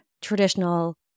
traditional